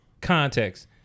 context